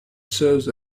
serves